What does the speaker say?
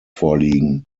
vorliegen